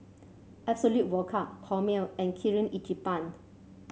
Absolut Vodka Chomel and Kirin Ichiban